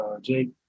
Jake